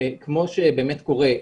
כמו שבאמת קורה,